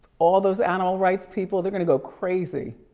all those animal rights people, they're gonna go crazy.